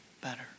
better